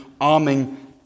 arming